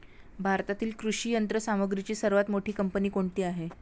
भारतातील कृषी यंत्रसामग्रीची सर्वात मोठी कंपनी कोणती आहे?